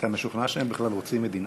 אתה משוכנע שהם בכלל רוצים מדינה?